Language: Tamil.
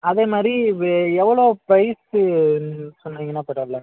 அதே மாதிரி வெ எவ்வளோ ப்ரைஸு சொன்னீங்கன்னால் பரவாயில்ல